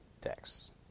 texts